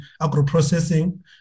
agro-processing